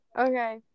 okay